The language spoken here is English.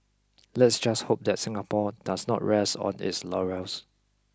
let's just hope that Singapore does not rest on its laurels